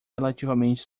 relativamente